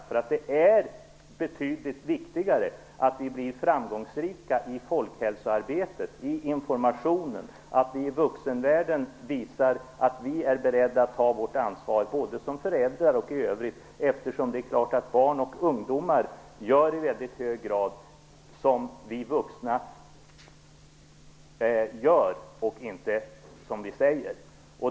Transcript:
Det är nämligen betydligt viktigare att vi blir framgångsrika i folkhälsoarbetet, i informationen, dvs. att vi i vuxenvärlden visar att vi är beredda att ta vårt ansvar, både föräldrar och andra, eftersom det är klart att barn och ungdomar i mycket hög grad gör det som vi vuxna gör och inte det som vi säger.